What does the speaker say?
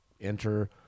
enter